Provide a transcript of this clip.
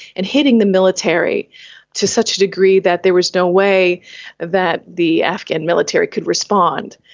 and hitting the military to such a degree that there was no way that the afghan military could respond.